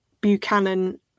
Buchanan